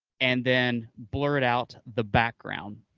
and then blur it out the background,